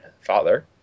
father